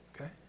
Okay